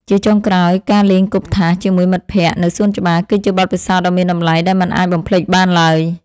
ជាចុងក្រោយ ការលេងគប់ថាសជាមួយមិត្តភក្តិនៅសួនច្បារ គឺជាបទពិសោធន៍ដ៏មានតម្លៃដែលមិនអាចបំភ្លេចបានឡើយ។